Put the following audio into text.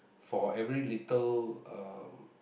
for every little uh